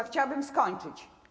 Chciałabym skończyć.